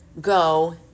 go